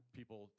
people